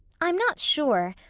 i'm not sure.